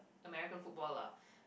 American footballer